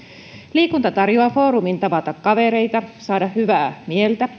liikunta tarjoaa foorumin tavata kavereita saada hyvää mieltä